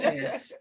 Yes